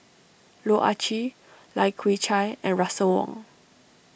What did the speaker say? Loh Ah Chee Lai Kew Chai and Russel Wong